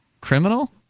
criminal